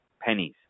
Pennies